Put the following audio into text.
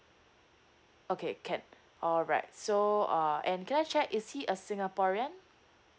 okay can alright so uh and can I check is he a singaporean